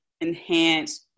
enhance